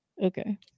okay